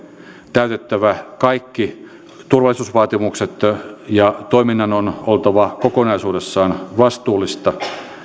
täytettävä kaikki turvallisuusvaatimukset ja toiminnan on oltava kokonaisuudessaan vastuullista